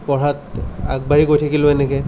পঢ়াত আগবাঢ়ি গৈ থাকিলোঁ এনেকৈ